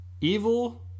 evil